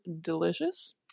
delicious